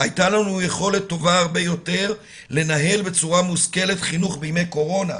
הייתה לנו יכולת טובה הרבה יותר לנהל בצורה מושכלת חינוך בימי קורונה.